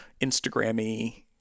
Instagram-y